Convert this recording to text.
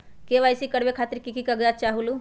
KYC करवे खातीर के के कागजात चाहलु?